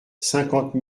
cinquante